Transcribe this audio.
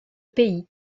pays